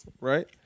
Right